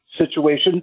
situation